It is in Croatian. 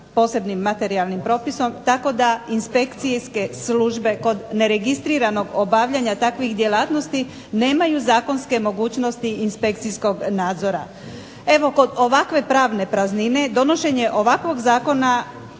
posebnim materijalnim propisom, tako da inspekcijske službe kod neregistriranog obavljanja takvih djelatnosti nemaju zakonske mogućnosti inspekcijskog nadzora. Evo kod ovakve pravne praznine, donošenje ovakvog zakona